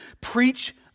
preach